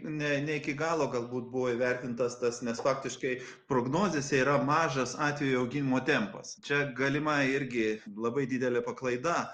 ne ne iki galo galbūt buvo įvertintas tas nes faktiškai prognozėse yra mažas atvejų augimo tempas čia galima irgi labai didelė paklaida